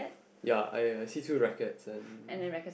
ya I I see two rackets and